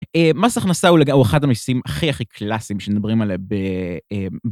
מס הכנסה הוא אחד המסים הכי הכי קלאסיים שנדברים עליהם ב...